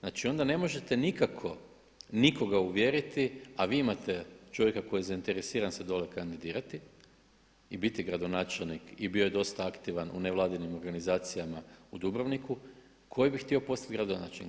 Znači onda ne možete nikako nikoga uvjeriti, a vi imate čovjeka koji je zainteresiran se dolje kandidirati i biti gradonačelnik i bio je dosta aktivan u nevladinim organizacijama u Dubrovniku koji bi htio postati gradonačelnik.